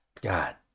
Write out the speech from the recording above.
God